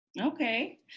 okay